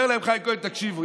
אומר להם חיים כהן: תקשיבו,